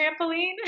trampoline